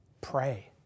pray